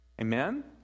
Amen